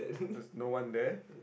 is no one there